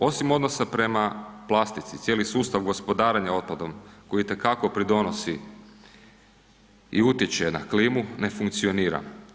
Osim odnosa prema plastici cijeli sustav gospodarenja otpadom koji itekako pridonosi i utječe na klimu, ne funkcionira.